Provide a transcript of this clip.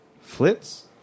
Flits